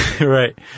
Right